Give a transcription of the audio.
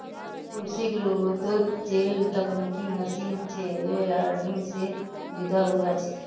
कृषि रोबोतोत जेल तकनिकी मशीन छे लेअर्निंग से जुदा हुआ छे